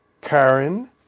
Karen